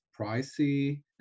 pricey